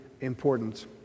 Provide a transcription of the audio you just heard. important